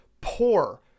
poor